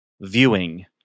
viewing